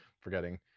forgetting